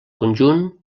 conjunt